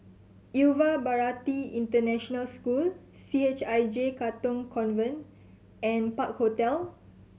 Yuva Bharati International School C H I J Katong Convent and Park Hotel